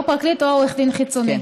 או פרקליט או עורך דין חיצוני.